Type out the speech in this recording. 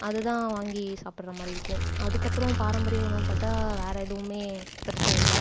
அதுதான் வாங்கி சாப்பிடற மாதிரி இருக்கும் அதுக்கப்புறம் பாரம்பரிய உணவு பார்த்தா வேறு எதுவுமே பெருசாக இல்லை